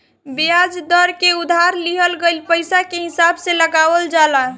बियाज दर के उधार लिहल गईल पईसा के हिसाब से लगावल जाला